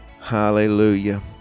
Hallelujah